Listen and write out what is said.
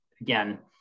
again